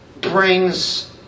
brings